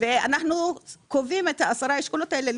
אנחנו קובעים את עשרה האשכולות האלה.